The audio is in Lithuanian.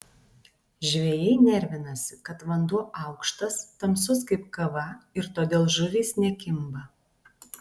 žvejai nervinasi kad vanduo aukštas tamsus kaip kava ir todėl žuvys nekimba